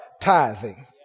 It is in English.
tithing